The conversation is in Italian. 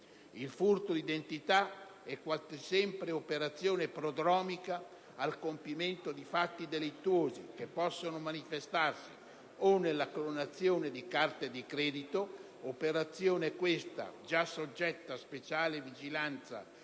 Il furto d'identità è quasi sempre operazione prodromica al compimento di fatti delittuosi che possono manifestarsi o nella clonazione di carte di credito (azione questa già soggetta a speciale vigilanza,